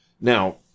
Now